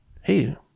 hey